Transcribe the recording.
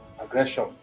aggression